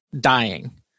dying